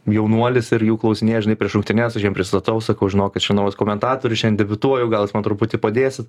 jaunuolis ir jų klausinėja žinai prieš rungtynes aš jiem prisistatau sakau žinokit čia naujas komentatorius šiandien debiutuoju gal jūs man truputį padėsit